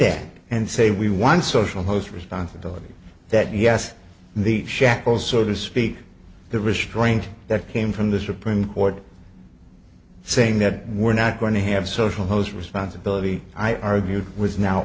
it and say we won social host responsibility that yes the shackles so to speak the restraint that came from the supreme court saying that we're not going to have social those responsibility i argued was now